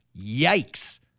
yikes